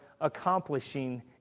accomplishing